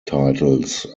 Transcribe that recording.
titles